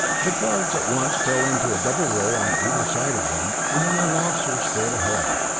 the guards at once fell into a double row on either side of them, and the young officer strode ahead.